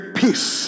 peace